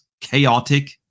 chaotic